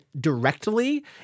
directly